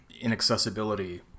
inaccessibility